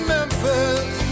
Memphis